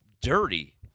dirty